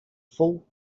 full